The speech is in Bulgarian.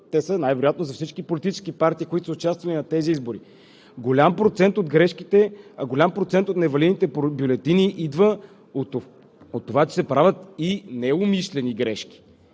Те най-вероятно са за всички политически партии, които са участвали на тези избори. Голям процент от невалидните бюлетини идва от това, че се правят и неумишлени грешки.